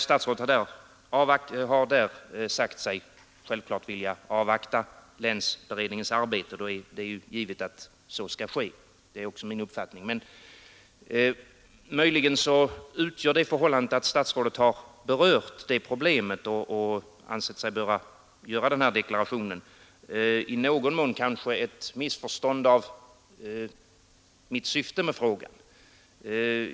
Statsrådet har där sagt sig vilja avvakta länsberedningens arbete. Det är givet att så skall ske; det är också min uppfattning. Att statsrådet berört problemet och ansett sig böra göra denna deklaration kan kanske i någon mån bero på en missuppfattning av syftet med min fråga.